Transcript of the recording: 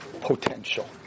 potential